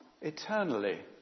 eternally